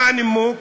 מה הנימוק?